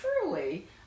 truly